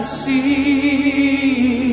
see